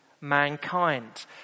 mankind